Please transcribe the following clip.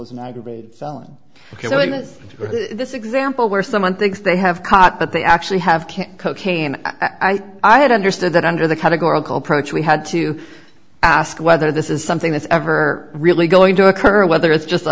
with this example where someone thinks they have caught but they actually have cocaine i had understood that under the categorical approach we had to ask whether this is something that's ever really going to occur whether it's just a